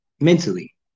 mentally